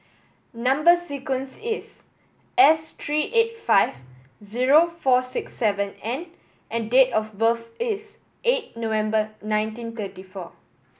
number sequence is S three eight five zero four six seven N and date of birth is eight November nineteen thirty four